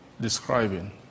describing